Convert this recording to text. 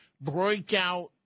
breakout